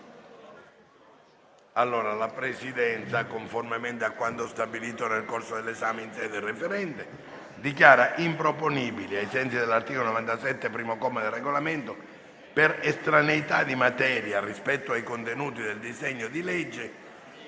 La Presidenza, conformemente a quanto stabilito nel corso dell'esame in sede referente, dichiara improponibili, ai sensi dell'articolo 97, primo comma, del Regolamento, per estraneità di materia rispetto ai contenuti del disegno di legge,